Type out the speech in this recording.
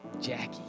Jackie